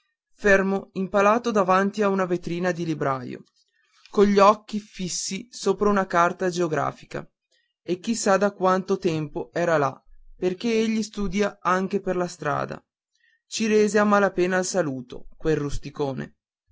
fermo impalato davanti a una vetrina di librario cogli occhi fissi sopra una carta geografica e chi sa da quanto tempo era là perché egli studia anche per la strada ci rese a mala pena il saluto quel rusticone